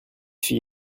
fille